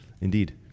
Indeed